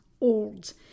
old